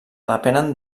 depenen